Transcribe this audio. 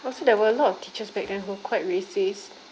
also there were a lot of teachers back then who were quite racist